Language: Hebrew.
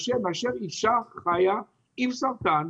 לעומת זאת אישה שחיה עם סרטן,